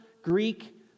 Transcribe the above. Greek